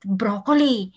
broccoli